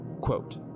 Quote